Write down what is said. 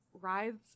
writhes